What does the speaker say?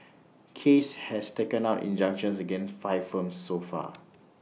case has taken out injunctions against five firms so far